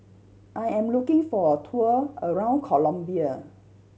I am looking for a tour around Colombia